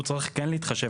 הוא צריך כן להתחשב.